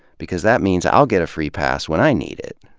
because that means i'll get a free pass when i need it.